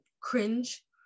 cringe